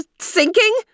sinking